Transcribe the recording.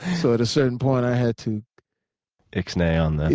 so at a certain point, i had to ix-nay on